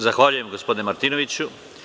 Zahvaljujem gospodine Martinoviću.